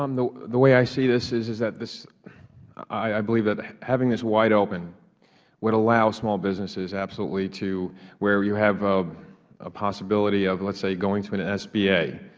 um the the way i see this is is that i believe that having this wide open would allow small businesses absolutely to where you have a ah possibility of, let's say, going to an ah sba.